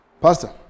pastor